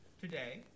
today